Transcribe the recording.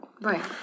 Right